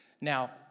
Now